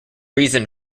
reason